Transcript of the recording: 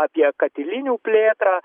apie katilinių plėtrą